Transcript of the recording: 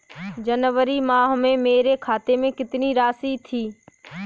जनवरी माह में मेरे खाते में कितनी राशि थी?